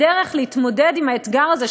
הדרך להתמודד עם האתגר הזה,